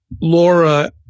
Laura